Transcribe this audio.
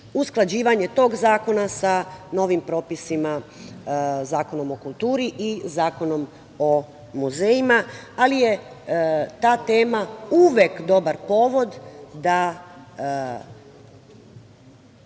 Usklađivanje tog zakona sa novim propisima Zakonom o kulturi i Zakonom o muzejima, ali je ta tema uvek dobar povod da